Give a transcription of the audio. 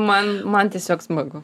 man man tiesiog smagu